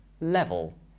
level